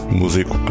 músico